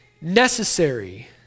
necessary